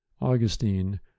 Augustine